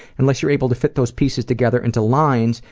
unless you're able to fit those pieces together into lines,